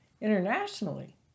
internationally